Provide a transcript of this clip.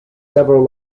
several